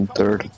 third